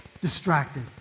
distracted